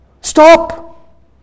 stop